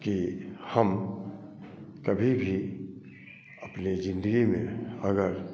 कि हम कभी भी अपनी ज़िंदगी में अगर